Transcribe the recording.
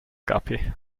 guppy